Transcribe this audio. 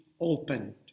opened